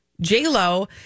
J-Lo